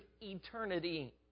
eternity